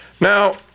Now